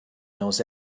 knows